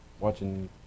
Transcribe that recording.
watching